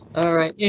alright,